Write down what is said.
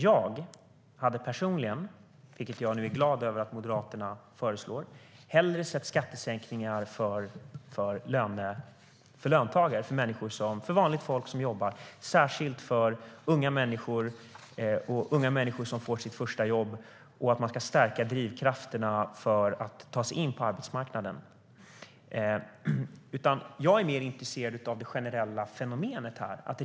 Jag hade personligen hellre sett - vilket jag är glad över att Moderaterna nu föreslår - skattesänkningar för löntagare, för vanligt folk som jobbar och särskilt för unga människor som får sitt första jobb samt att man ska stärka drivkrafterna för att ta sig in på arbetsmarknaden. Jag är mer intresserad av det generella fenomenet.